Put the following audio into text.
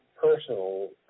personal